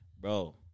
Bro